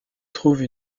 trouve